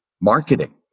marketing